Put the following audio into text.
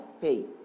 faith